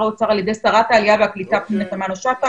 האוצר על ידי שרת העלייה והקליטה פנינה תמנו-שטה,